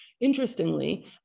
Interestingly